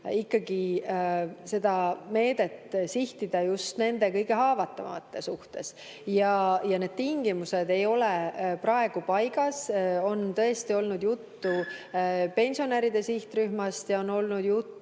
sihtida seda meedet just nendele kõige haavatavamatele ja need tingimused ei ole praegu paigas. On tõesti olnud juttu pensionäride sihtrühmast ja on olnud juttu